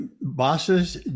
bosses